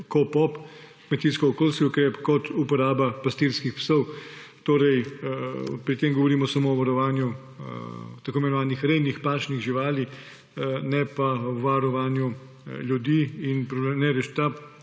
KOPOP, kmetijsko-okolijski ukrep, do uporabe pastirskih psov. Pri tem govorimo samo o varovanju tako imenovanih rejnih pašnih živali, ne pa o varovanju ljudi. Te